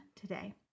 today